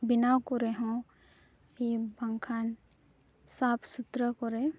ᱵᱮᱱᱟᱣ ᱠᱚᱨᱮ ᱦᱚᱸ ᱠᱤ ᱵᱟᱝᱠᱷᱟᱱ ᱥᱟᱯᱷ ᱥᱩᱛᱨᱟᱹ ᱠᱚᱨᱮ